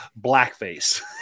blackface